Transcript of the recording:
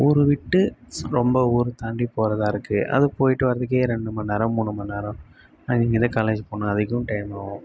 ஊர் விட்டு ரொம்ப ஊர் தாண்டிப் போகிறதா இருக்கு அது போய்ட்டு வர்றதுக்கே ரெண்டு மணி நேரம் மூணு மணி நேரம் காலேஜ் போன வரைக்கும் டைம் ஆகும்